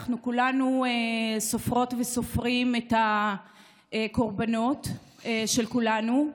אנחנו כולנו סופרות וסופרים את הקורבנות של כולנו.